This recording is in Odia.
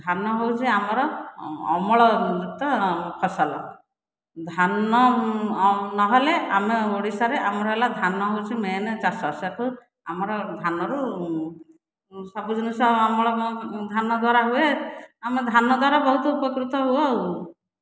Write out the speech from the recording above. ଧାନ ହେଉଛି ଆମର ଅମଳଯୁକ୍ତ ଫସଲ ଧାନ ନହେଲେ ଆମେ ଓଡ଼ିଶାରେ ଆମର ହେଲା ଧାନ ହେଉଛି ମେନ୍ ଚାଷ ସେଇଠୁ ଆମର ଧାନରୁ ସବୁ ଜିନିଷ ଅମଳ ଧାନ ଦ୍ୱାରା ହୁଏ ଆମେ ଧାନ ଦ୍ୱାରା ବହୁତ ଉପକୃତ ହେଉ ଆଉ